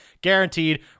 guaranteed